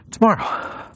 tomorrow